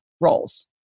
roles